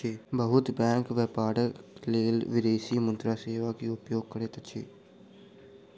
बहुत बैंक व्यापारक लेल विदेशी मुद्रा सेवा के उपयोग करैत अछि